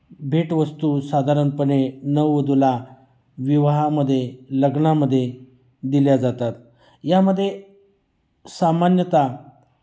भेटवस्तू साधारणपणे नववधूला विवाहामध्ये लग्नामध्ये दिल्या जातात यामध्ये सामान्यत